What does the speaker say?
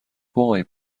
boy